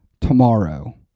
tomorrow